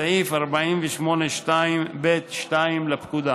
סעיף 248ב(2) לפקודה.